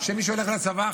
שמישהו הולך לצבא,